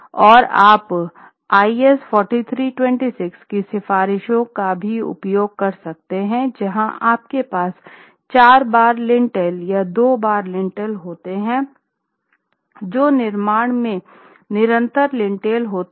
और आप आईएस 4326 की सिफारिशों का भी उपयोग कर सकते हैं जहां आपके पास चार बार लिंटेल या दो बार लिंटेल होता है जो निर्माण में निरंतर लिंटेल होता है